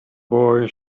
boy